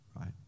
right